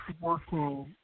working